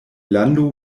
lando